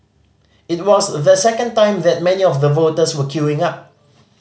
it was the second time that many of the voters were queuing up